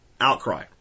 outcry